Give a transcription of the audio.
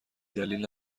دلیل